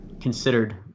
considered